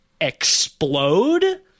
explode